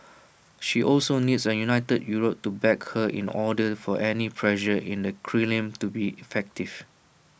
she also needs A united Europe to back her in order for any pressure in the Kremlin to be effective